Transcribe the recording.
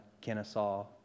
Kennesaw